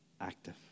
active